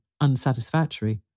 unsatisfactory